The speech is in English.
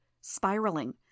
Spiraling